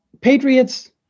Patriots